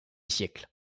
siècle